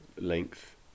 length